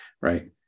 right